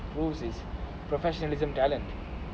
proves his professionalism talents